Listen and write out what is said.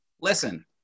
listen